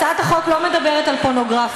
הצעת החוק לא מדברת על פורנוגרפיה,